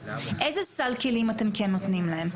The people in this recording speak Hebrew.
איזה סל כלים אתם כן נותנים להם?